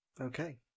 Okay